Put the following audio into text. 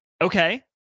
Okay